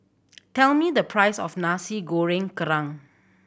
tell me the price of Nasi Goreng Kerang